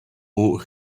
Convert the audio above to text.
aux